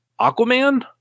Aquaman